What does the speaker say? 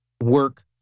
work